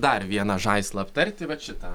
dar vieną žaislą aptarti vat šitą